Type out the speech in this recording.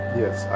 yes